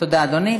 תודה, אדוני.